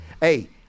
Hey